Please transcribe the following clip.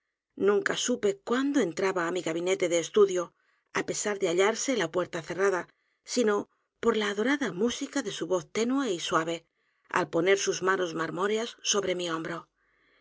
nunca supe cuándo entraba á m i gabinete d e estudio á pesar de hallarse la puerta cerrada sino ligeia por la adorada música de su voz tenue y suave al poner sus manos m